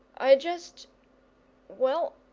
i just well,